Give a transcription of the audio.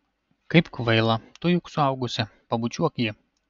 kaip kvaila tu juk suaugusi pabučiuok jį